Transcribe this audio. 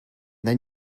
then